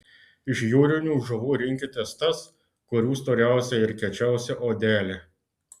iš jūrinių žuvų rinkitės tas kurių storiausia ir kiečiausia odelė